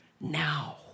Now